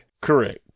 Correct